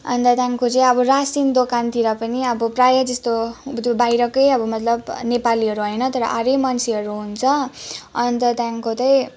अन्त त्यहाँदेखिको चाहिँ अब रासिन दोकानतिर पनि अब प्राय जस्तो अब त्यो बाहिरकै मतलब नेपालीहरू होइन तर अरू नै मान्छेहरू हुन्छ अन्त त्यहाँदेखिको चाहिँ